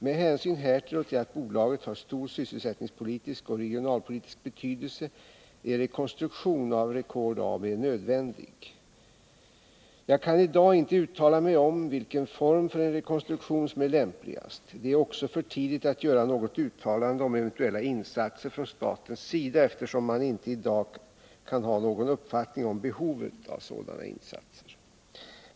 Med hänsyn härtill och till att bolaget har stor sysselsättningspolitisk och regionalpolitisk betydelse är rekonstruktion av Record AB nödvändig. Jag kan i dag inte uttala mig om vilken form för en rekonstruktion som är lämpligast. Det är också för tidigt att göra något uttalande om eventuella insatser från statens sida, eftersom man inte i dag kan ha någon uppfattning om behovet av sådana insatser.